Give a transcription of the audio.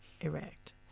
erect